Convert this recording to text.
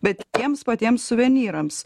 bet tiems patiems suvenyrams